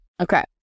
Okay